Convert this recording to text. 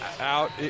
out